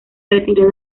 retiró